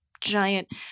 giant